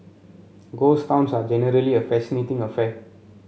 ghost towns are generally a fascinating affair